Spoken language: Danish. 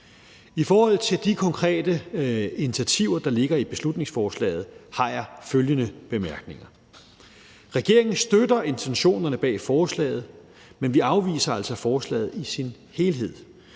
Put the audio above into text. I forhold til de konkrete initiativer, der ligger i beslutningsforslaget, har jeg følgende bemærkninger: Regeringen støtter intentionerne bag forslaget, men vi afviser altså forslaget i sin helhed.